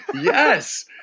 Yes